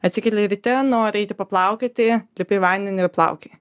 atsikeli ryte nori eiti paplaukioti lipi į vandenį ir plaukioji